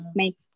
make